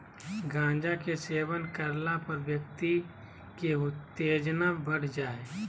गांजा के सेवन करला पर व्यक्ति के उत्तेजना बढ़ जा हइ